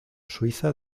suiza